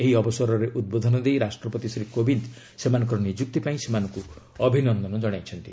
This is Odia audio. ଏହି ଅବସରରେ ଉଦ୍ବୋଧନ ଦେଇ ରାଷ୍ଟ୍ରପତି ଶ୍ରୀ କୋବିନ୍ଦ ସେମାନଙ୍କର ନିଯୁକ୍ତି ପାଇଁ ସେମାନଙ୍କୁ ଅଭିନନ୍ଦନ କଣାଇଛନ୍ତି